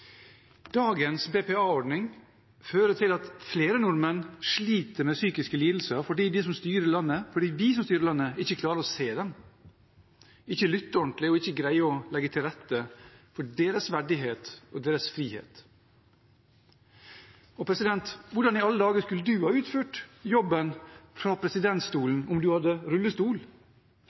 Dagens BPA-ordning fører til at flere nordmenn sliter med psykiske lidelser fordi vi som styrer landet, ikke klarer å se dem, ikke lytter ordentlig og ikke greier å legge til rette for deres verdighet og deres frihet. Hvordan i alle dager skulle du, president, ha utført jobben fra presidentstolen om du hadde rullestol?